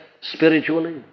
spiritually